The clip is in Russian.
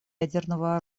ядерного